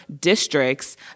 districts